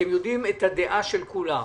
אתם יודעים את הדעה של כולם.